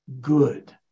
good